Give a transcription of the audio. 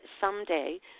someday